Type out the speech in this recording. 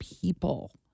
people